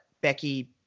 Becky